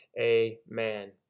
Amen